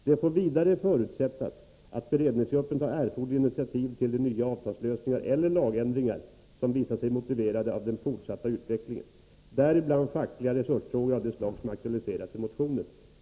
Det får vidare förutsättas att beredningsgruppen tar erforderliga initiativ till de nya avtalslösningar eller lagändringar som visar sig motiverade av den fortsatta utvecklingen, däribland fackliga resursfrågor av det slag som aktualiserats i motionen.